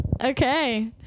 okay